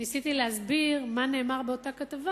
ניסיתי להסביר מה נאמר באותה כתבה.